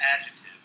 adjective